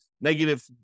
negative